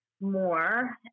more